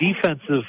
defensive